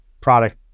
product